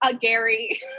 Gary